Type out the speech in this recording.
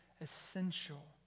essential